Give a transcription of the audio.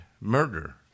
murder